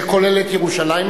זה כולל את ירושלים,